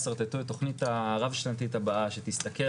ישרטטו את התוכנית הרב-שנתית הבאה שתסתכל